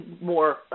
more